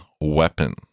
weapon